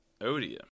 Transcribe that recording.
Odia